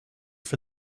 for